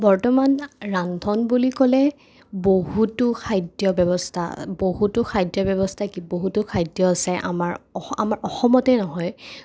বৰ্তমান ৰন্ধন বুলি ক'লে বহুতো খাদ্য ব্যৱস্থা বহুতো খাদ্য ব্যৱস্থা কি বহুতো খাদ্য আছে আমাৰ আমাৰ অসমতে নহয়